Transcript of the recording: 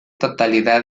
totalidad